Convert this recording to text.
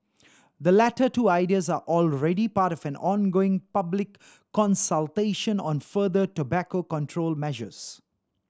the latter two ideas are already part of an ongoing public consultation on further tobacco control measures